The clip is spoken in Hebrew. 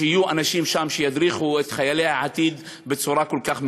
יהיו אנשים שידריכו את חיילי העתיד בצורה כל כך מבישה.